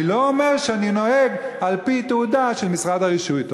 אני לא אומר שאני נוהג על-פי תעודה של משרד הרישוי.